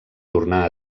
tornà